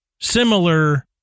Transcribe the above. similar